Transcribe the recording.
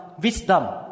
wisdom